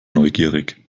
neugierig